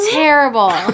terrible